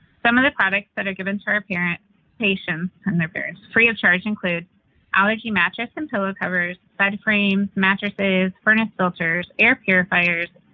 some of the products that are given for our patients and their parents free of charge include allergy mattress and pillow covers, bed frames, mattresses, furnace filters, air purifiers,